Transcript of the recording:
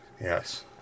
Yes